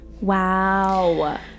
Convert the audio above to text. Wow